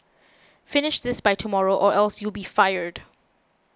finish this by tomorrow or else you'll be fired